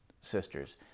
sisters